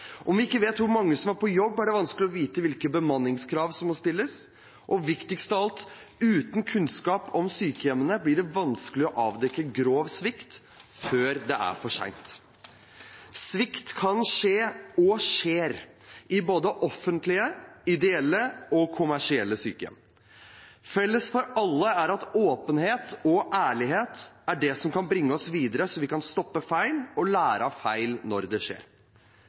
Om vi ikke vet hvor mange som er på jobb, er det vanskelig å vite hvilke bemanningskrav som må stilles. Og viktigst av alt: Uten kunnskap om sykehjemmene blir det vanskelig å avdekke grov svikt før det er for sent. Svikt kan skje, og skjer, i både offentlige, ideelle og kommersielle sykehjem. Felles for alle er at åpenhet og ærlighet er det som kan bringe oss videre, så vi kan stoppe feil og lære av feil når det skjer.